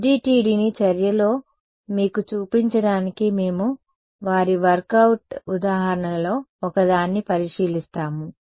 FDTDని చర్యలో మీకు చూపించడానికి మేము వారి వర్కవుట్ ఉదాహరణలలో ఒకదాన్ని పరిశీలిస్తాము